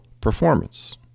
performance